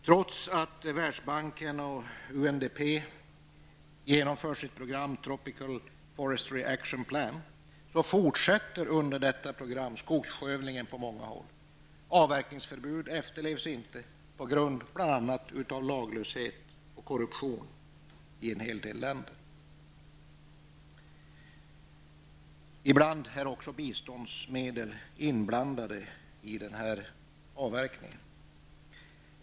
Trots att Världsbanken och UNDP genomför sitt program, ''Tropical Forest Reaction Plan'', fortsätter skogsskövlingen på många håll. Avverkningsförbud efterlevs inte bl.a. på grund av laglöshet och korruption i en hel del länder. Ibland är också biståndsmedel inblandade när det gäller den här avverkningen.